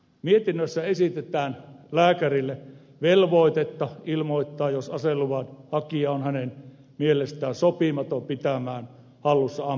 mietinnössä esitetään lääkärille velvoitetta ilmoittaa jos aseluvan hakija on hänen mielestään sopimaton pitämään hallussaan ampuma asetta